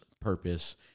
purpose